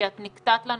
כי את נקטעת לנו